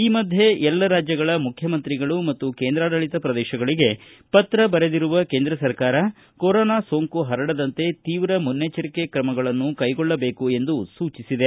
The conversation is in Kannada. ಈ ಮಧ್ಯೆ ಎಲ್ಲ ರಾಜ್ಯಗಳ ಮುಖ್ಯಮಂತ್ರಿಗಳು ಮತ್ತು ಕೇಂದ್ರಾಡಳಿತ ಪ್ರದೇಶಗಳಿಗೆ ಪತ್ರ ಬರೆದಿರುವ ಕೇಂದ್ರ ಸರ್ಕಾರ ಕೊರೋನಾ ಸೋಂಕು ಪರಡದಂತೆ ತೀವ್ರ ಮುನ್ನೆಚ್ಚರಿಕೆ ಕ್ರಮಗಳನ್ನುಕೈಗೊಳ್ಳಬೇಕು ಎಂದು ಸೂಚಿಸಿದೆ